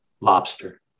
lobster